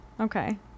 Okay